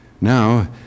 Now